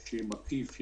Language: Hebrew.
מקיף,